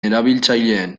erabiltzaileen